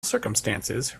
circumstances